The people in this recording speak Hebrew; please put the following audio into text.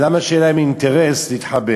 למה שיהיה להם אינטרס להתחבר?